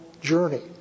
journey